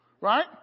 right